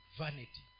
vanity